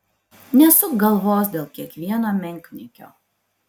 nesuk galvos dėl kiekvieno menkniekio